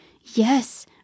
yes